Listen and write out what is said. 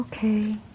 Okay